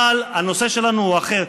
אבל הנושא שלנו הוא אחר.